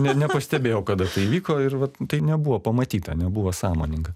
ne nepastebėjau kada tai įvyko ir vat tai nebuvo pamatyta nebuvo sąmoninga